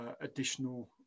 additional